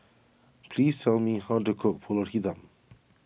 please tell me how to cook Pulut Hitam